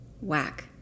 whack